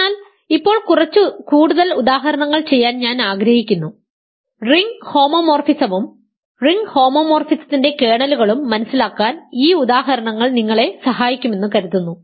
അതിനാൽ ഇപ്പോൾ കുറച്ച് കൂടുതൽ ഉദാഹരണങ്ങൾ ചെയ്യാൻ ഞാൻ ആഗ്രഹിക്കുന്നു റിംഗ് ഹോമോമോർഫിസംവും റിംഗ് ഹോമോമോർഫിസത്തിന്റെ കേർണലുകളും മനസിലാക്കാൻ ഈ ഉദാഹരണങ്ങൾ നിങ്ങളെ സഹായിക്കുമെന്ന് കരുതുന്നു